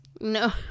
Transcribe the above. No